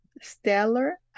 stellar